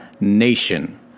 nation